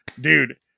dude